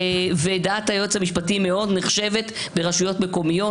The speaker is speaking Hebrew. ודעת היועץ המשפטי מאוד נחשבת ברשויות מקומיות,